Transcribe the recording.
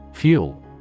Fuel